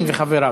קארין בעד.